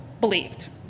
believed